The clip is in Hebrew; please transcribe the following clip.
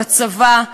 בצבא,